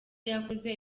yakoze